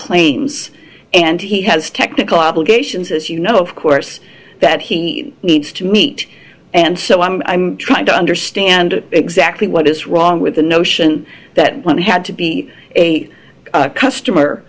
claims and he has technical obligations as you know of course that he needs to meet and so on and i'm trying to understand exactly what is wrong with the notion that one had to be a